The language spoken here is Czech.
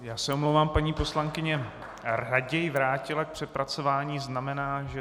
Já se omlouvám, paní poslankyně raději vrátila k přepracování znamená, že...